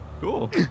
Cool